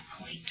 point